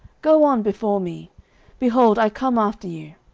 go on before me behold, i come after you.